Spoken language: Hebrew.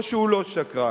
או שהוא לא שקרן?